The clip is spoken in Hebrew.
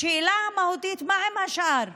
השאלה המהותית היא מה עם השאר.